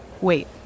Wait